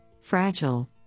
fragile